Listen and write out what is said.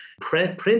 Print